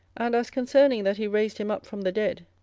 and as concerning that he raised him up from the dead,